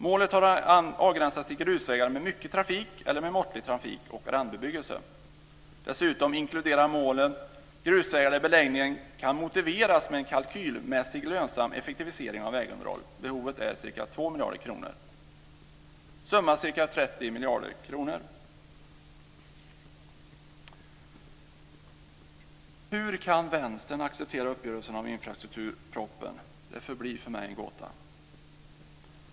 Målet har avgränsats till grusvägar med mycket trafik eller med måttlig trafik och randbebyggelse. Dessutom inkluderar målet grusvägar där beläggningen kan motiveras med en kalkylmässigt lönsam effektivisering av vägunderhåll. Behovet är ca 2 miljarder kronor. Summan är ca 30 miljarder. Hur Vänstern kan acceptera uppgörelsen om infrastrukturpropositionen förblir för mig en gåta.